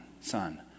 Son